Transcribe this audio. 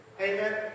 Amen